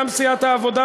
גם סיעת העבודה,